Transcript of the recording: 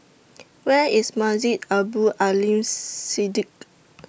Where IS Masjid Abdul Aleem Siddique